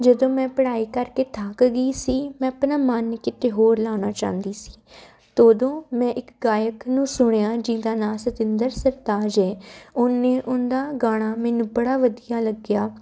ਜਦੋਂ ਮੈਂ ਪੜ੍ਹਾਈ ਕਰਕੇ ਥੱਕ ਗਈ ਸੀ ਮੈਂ ਆਪਣਾ ਮਨ ਕਿਤੇ ਹੋਰ ਲਾਉਣਾ ਚਾਹੁੰਦੀ ਸੀ ਤਾਂ ਉਦੋਂ ਮੈਂ ਇੱਕ ਗਾਇਕ ਨੂੰ ਸੁਣਿਆ ਜਿਹਦਾ ਨਾਂ ਸਤਿੰਦਰ ਸਰਤਾਜ ਹ ਉਹਨੇ ਉਹਦਾ ਗਾਣਾ ਮੈਨੂੰ ਬੜਾ ਵਧੀਆ ਲੱਗਿਆ